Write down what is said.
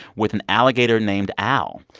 with an alligator named al.